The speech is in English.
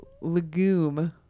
legume